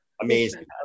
Amazing